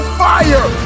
fire